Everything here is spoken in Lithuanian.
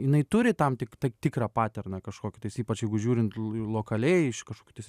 jinai turi tam tik tikrą paterną kažkokią tais ypač jeigu žiūrint lokaliai kažkokiu tais